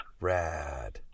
Rad